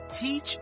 teach